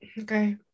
Okay